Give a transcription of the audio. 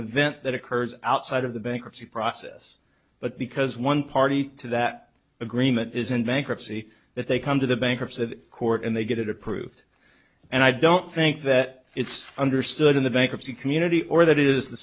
event that occurs outside of the bankruptcy process but because one party to that agreement is in bankruptcy that they come to the bankruptcy court and they get it approved and i don't think that it's understood in the bankruptcy community or that is the